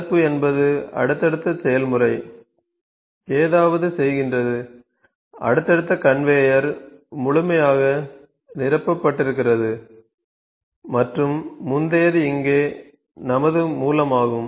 தடுப்பு என்பது அடுத்தடுத்த செயல்முறை ஏதாவது செய்கின்றது அடுத்தடுத்த கன்வேயர் முழுமையாக நிரப்பப்பட்டிருக்கிறது மற்றும் முந்தையது இங்கே நமது மூலமாகும்